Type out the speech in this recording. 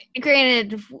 granted